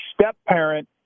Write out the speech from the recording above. step-parent